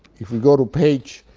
if we go to page